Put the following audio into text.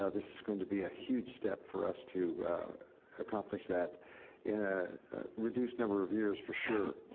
ah this this going to be a huge step for us to accomplish that in a reduced number of years for sure.